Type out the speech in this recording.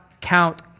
count